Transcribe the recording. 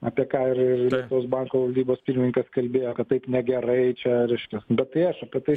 apie ką ir ir lietuvos banko valdybos pirmininkas kalbėjo kad taip negerai čia reiškias bet tai aš apie tai